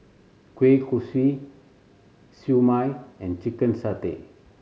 kueh kosui Siew Mai and chicken satay